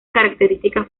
características